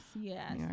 yes